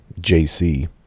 JC